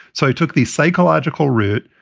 so i took the psychological route.